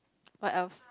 what else